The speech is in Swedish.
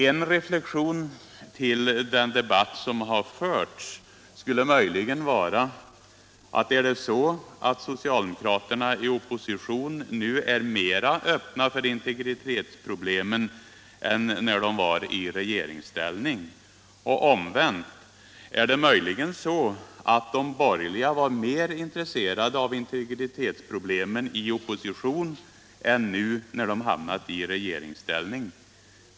En reflexion till den debatt som förts skulle möjligen vara om social demokraterna nu i oppositionsställning är mer öppna för integritetsproblemen än de var i regeringsställning. Och omvänt: Är det möjligen så att de borgerliga var mer intresserade av integritetsfrågorna i oppositionsställning än nu när de hamnat i regeringsställning?